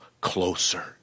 closer